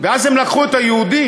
ואז הם לקחו את היהודים,